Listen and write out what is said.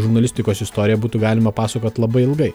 žurnalistikos istoriją būtų galima pasakot labai ilgai